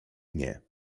nie